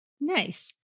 Nice